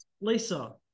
Lisa